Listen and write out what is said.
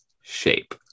shape